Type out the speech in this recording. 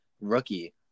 rookie